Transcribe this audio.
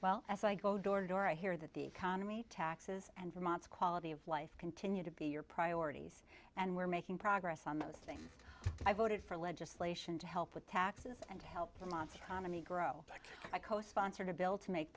well as i go door to door i hear that the economy taxes and vermont's quality of life continue to be your priorities and we're making progress on those things i voted for legislation to help with taxes and help the montana me grow i co sponsored a bill to make